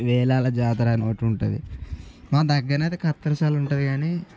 వేలాల జాతర అని ఒకటి ఉంటుంది మన దగ్గర అయితే కత్తర్శాల ఉంటుంది కానీ